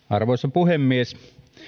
arvoisa puhemies